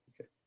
Okay